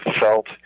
felt